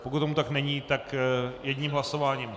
Pokud tomu tak není, tak jedním hlasováním.